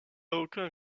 aucun